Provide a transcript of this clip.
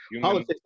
Politics